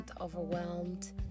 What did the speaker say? overwhelmed